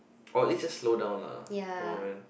or at least just slow down lah come on man